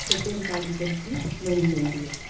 ते फिर साढ़ी सब्जी बनी जंदी ऐ